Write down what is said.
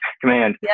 command